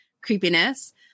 creepiness